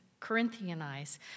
Corinthianize